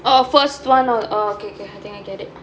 oh first one on oh okay okay I thing I get it